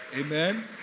Amen